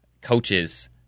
coaches